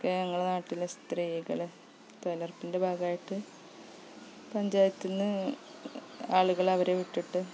അതൊക്കെ ഞങ്ങളുടെ നാട്ടിലെ സ്ത്രീകൾ തൊയിലുറപ്പിന്റെ ഭാഗമായിട്ട് പഞ്ചായത്തു നിന്നു ആളുകള് അവരെ വിട്ടിട്ട്